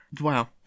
Wow